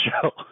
show